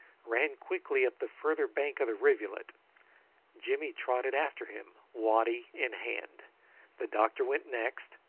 ran quickly up the further bank of the rivulet jimmy trotted after him, waddy in hand the doctor went next,